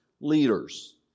leaders